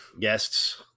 guests